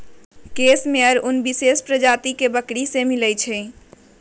case मेयर उन विशेष प्रजाति के बकरी से मिला हई